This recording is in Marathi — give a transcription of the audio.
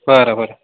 बरं बरं